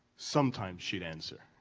sometimes she'd answer.